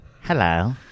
hello